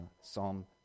psalm